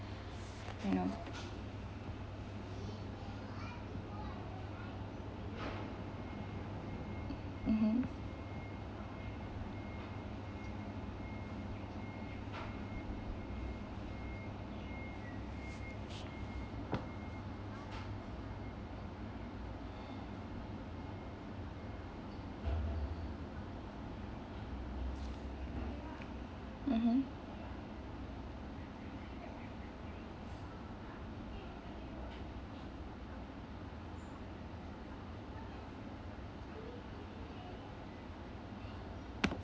you know mmhmm mmhmm